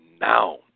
now